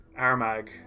armag